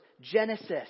Genesis